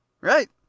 Right